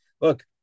look